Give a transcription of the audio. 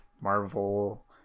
Marvel